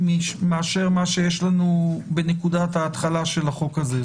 מאשר מה שיש לנו בנקודת ההתחלה של החוק הזה.